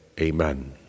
amen